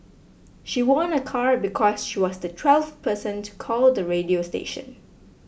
she won a car because she was the twelfth person to call the radio station